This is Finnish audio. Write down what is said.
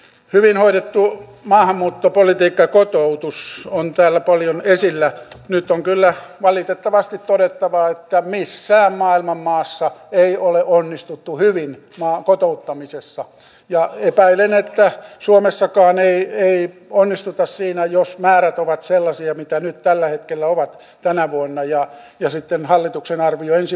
hyvin hoidettu maahanmuuttopolitiikkakotoutussun täällä paljon esillä nyt on kyllä valitettavasti todettava että missään maailman maassa ei ole onnistuttu hyvin maa kotouttamisessa ja epäilen että suomessakaan ei ei onnistuta siinä jos määrät ovat sellaisia mitä nyt tällä hetkellä ovat tänä vuonna ja jo sitten hallituksen arvio ensi